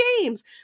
games